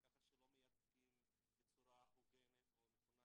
כך שהם לא מייצגים בצורה הוגנת או נכונה